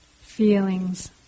feelings